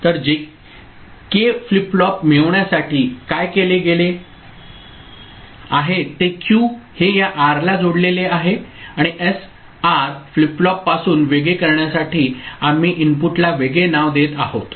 तर J K flip flop मिळवण्यासाठी काय केले गेले आहे ते क्यू हे या आरला जोडलेले आहे आणि एसआर फ्लिप फ्लॉपपासून वेगळे करण्यासाठी आम्ही इनपुटला वेगळे नाव देत आहोत